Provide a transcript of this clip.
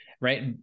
right